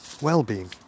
well-being